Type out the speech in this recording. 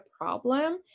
problem